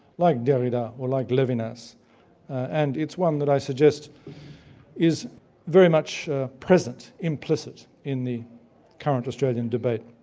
like derrida or like levinas and it's one that i suggest is very much present, implicit, in the current australian debate.